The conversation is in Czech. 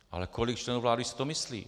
Ale kolik členů vlády si to myslí?